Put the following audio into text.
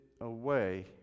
away